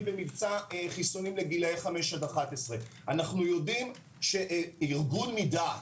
במבצע חיסונים לגילאי 5 עד 11. אנו יודעים שארגון מדעת,